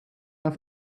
off